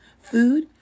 food